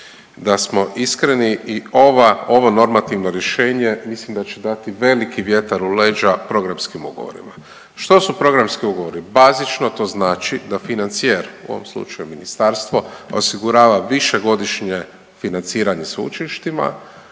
da smo iskreni i ova, ovo normativno rješenje mislim da će dati veliki vjetar u leđa programskim ugovorima. Što su programski ugovori? Bazično to znači da financijer, u ovom slučaju Ministarstvo osigurava višegodišnje financiranje sveučilištima